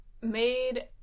made